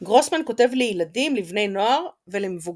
ספריו גרוסמן כותב לילדים, לבני נוער ולמבוגרים.